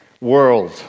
world